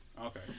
Okay